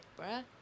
bruh